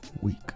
week